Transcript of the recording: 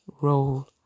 role